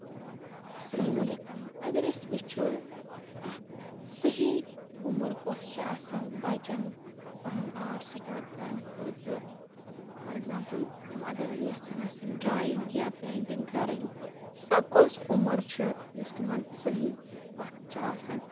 اَسلام علیکُم اَگر أسۍ وُچھو اکھ صحی عُمر کۄس چھےٚ آسان بَچن پَنُن آرٹ سِٹارٹ کرنہٕ خٲطرٕ فار ایٚکزامپٔل تِم اَگر یَژھان آسان ڈرایِنٛگ یا پینٹِنٛگ کَرٕنۍ تہٕ سۄ کۄس عُمر چھِ یۄس تِمَن صحی وقت چھُ آسان